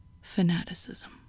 fanaticism